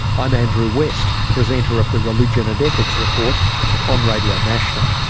i'm andrew west presenter of the religion and ethics report on radio national.